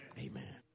Amen